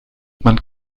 man